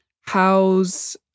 how's